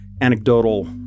anecdotal